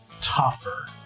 tougher